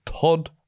Todd